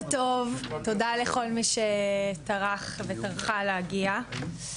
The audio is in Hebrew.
בוקר טוב, תודה לכל מי שטרח וטרחה להגיע.